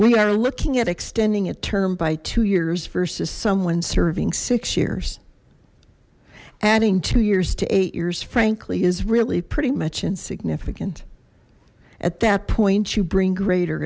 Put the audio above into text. we are looking at extending a term by two years versus someone serving six years adding two years to eight years frankly is really pretty much insignificant at that point you bring greater